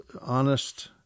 honest